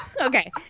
Okay